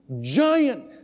giant